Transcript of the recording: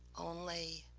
only